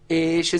תקש"ח.